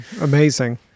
Amazing